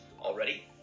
already